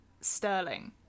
sterling